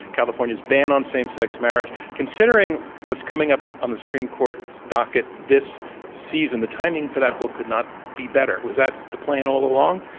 california's ban on same sex marriage. considering what's coming up on the supreme court's docket this season, the timing for that book c ould not be better. was that the plan all along?